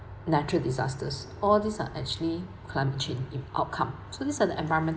natural disasters all these are actually climate change in outcome so these are the environment